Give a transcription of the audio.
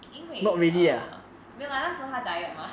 因为 err 没有 lah 那时候他 diet mah